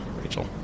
Rachel